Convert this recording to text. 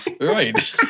Right